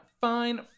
fine